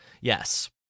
Yes